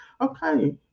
Okay